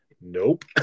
Nope